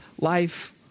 life